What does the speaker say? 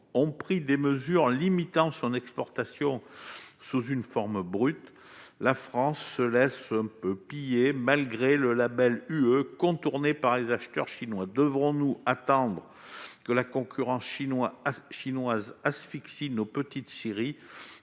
ont pris des mesures limitant son exportation sous une forme brute, la France se laisse un peu pillé malgré le Label UE contournée par les acheteurs chinois, devrons-nous attendre que la concurrence chinoise chinoise asphyxie nos petites séries